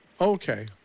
Okay